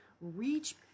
reach